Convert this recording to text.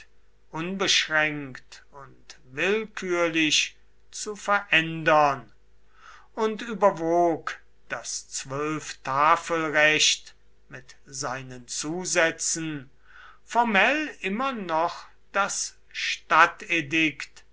unbeschränkt und willkürlich zu verändern und überwog das zwölftafelrecht mit seinen zusätzen formell immer noch das